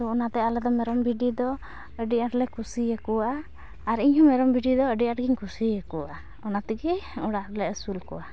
ᱛᱳ ᱚᱱᱟᱛᱮ ᱟᱞᱮᱫᱚ ᱢᱮᱨᱚᱢ ᱵᱷᱤᱰᱤ ᱫᱚ ᱟᱹᱰᱤᱟᱸᱴ ᱞᱮ ᱠᱩᱥᱤ ᱟᱠᱚᱣᱟ ᱟᱨ ᱤᱧᱜᱮ ᱢᱮᱨᱚᱢ ᱵᱷᱤᱰᱤᱫᱚ ᱟᱹᱰᱤᱟᱸᱴ ᱤᱧ ᱠᱩᱥᱤᱭᱟᱠᱚᱣᱟ ᱚᱱᱟᱛᱮᱜᱮ ᱚᱲᱟᱜ ᱨᱮᱞᱮ ᱟᱹᱥᱩᱞ ᱠᱚᱣᱟ